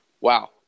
wow